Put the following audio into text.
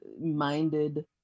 minded